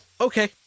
Okay